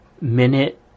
minute